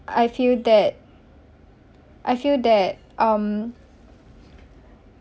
I feel that I feel that um